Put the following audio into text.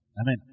Amen